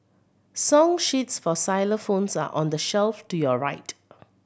song sheets for xylophones are on the shelf to your right